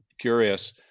curious